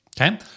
okay